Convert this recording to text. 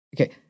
Okay